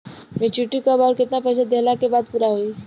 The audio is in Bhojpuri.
मेचूरिटि कब आउर केतना पईसा देहला के बाद पूरा होई?